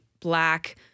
black